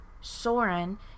Soren